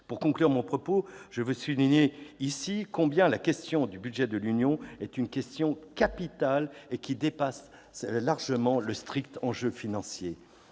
Pour conclure mon propos, je veux souligner ici combien la question du budget de l'Union est capitale et dépasse largement le strict enjeu financier.